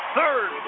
third